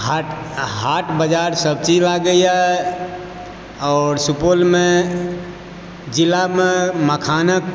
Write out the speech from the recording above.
हाट हाट बाजार सब्जी लागयए आओर सुपौलमे जिलामे मखानक